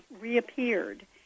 reappeared